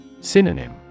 Synonym